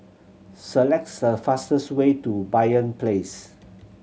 select the fastest way to Banyan Place